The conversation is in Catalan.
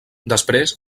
després